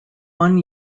one